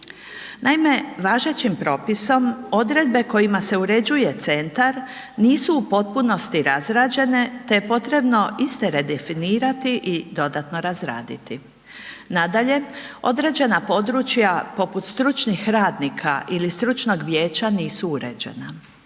Naime, važećim propisom odredbe kojima se uređuje centar nisu u potpunosti razrađene te je potrebno iste redefinirati i dodatno razraditi. Nadalje, određena područja poput stručnih radnika ili stručnog vijeća nisu uređena.